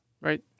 Right